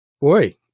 Boy